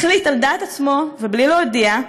החליט על דעת עצמו ובלי להודיע,